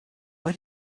but